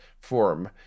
form